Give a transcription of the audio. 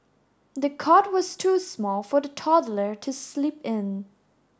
the cot was too small for the toddler to sleep in